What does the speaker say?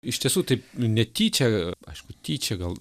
iš tiesų taip netyčia aišku tyčia gal